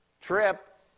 trip